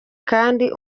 kandi